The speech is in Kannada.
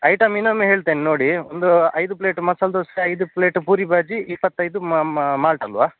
ಐಟಮ್ ಇನ್ನೊಮ್ಮೆ ಹೇಳ್ತೇನೆ ನೋಡಿ ಒಂದು ಐದು ಪ್ಲೇಟ್ ಮಸಾಲ ದೋಸೆ ಐದು ಪ್ಲೇಟ್ ಪೂರಿ ಭಾಜಿ ಇಪ್ಪತೈದು ಮಾಲ್ಟ್ ಅಲ್ವ